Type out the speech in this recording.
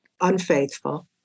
unfaithful